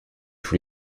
tous